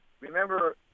remember